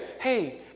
hey